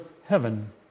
heaven